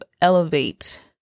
elevate